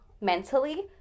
mentally